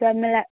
सब मिलाय